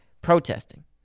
protesting